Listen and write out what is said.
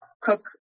cook